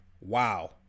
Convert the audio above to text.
Wow